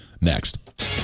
next